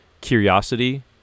curiosity